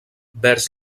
vers